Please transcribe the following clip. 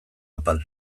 apal